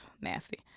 Nasty